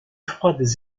froides